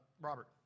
Robert